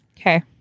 okay